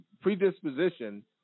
predisposition